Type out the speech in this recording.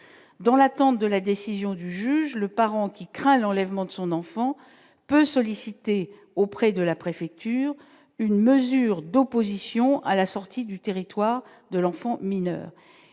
dans l'attente de la décision du juge le Parenti craint l'enlèvement de son enfant, peu sollicité auprès de la préfecture, une mesure d'opposition à la sortie du territoire de l'enfant mineur,